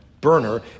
Burner